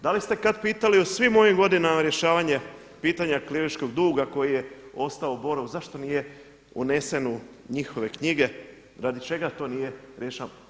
Da li ste kada pitali u svim ovim godinama rješavanja pitanja kliničkog duga koji je ostao u Borovu zašto nije unesen u njihove knjige, radi čega to nije rješavano?